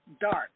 dart